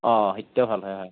অঁ সেইটোৱে ভাল হয়